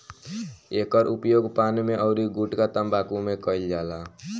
एकर उपयोग पान में अउरी गुठका तम्बाकू में कईल जाला